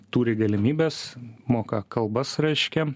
turi galimybes moka kalbas reiškia